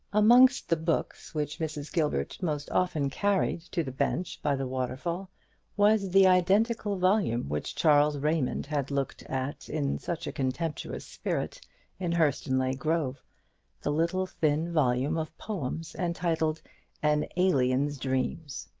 amongst the books which mrs. gilbert most often carried to the bench by the waterfall was the identical volume which charles raymond had looked at in such a contemptuous spirit in hurstonleigh grove the little thin volume of poems entitled an alien's dreams.